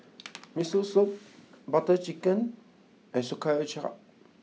Miso Soup Butter Chicken and Sauerkraut